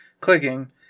clicking